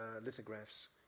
lithographs